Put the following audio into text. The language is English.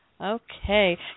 Okay